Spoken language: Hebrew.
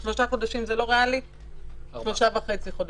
אם שלושה חודשים זה לא ריאלי או שלושה חודשים וחצי,